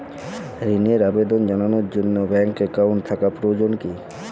ঋণের আবেদন জানানোর জন্য ব্যাঙ্কে অ্যাকাউন্ট থাকা প্রয়োজন কী?